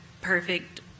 perfect